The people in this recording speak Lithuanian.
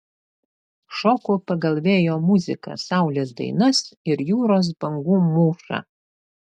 šoku pagal vėjo muziką saulės dainas ir jūros bangų mūšą